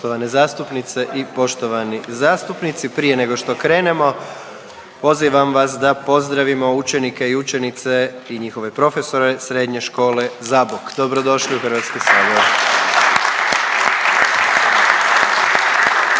pozivam vas da pozdravimo učenike i učenice i njihove profesore Srednje škole Zabok, dobrodošli u Hrvatski sabor.